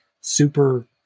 super